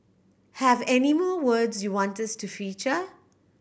have any more words you want us to feature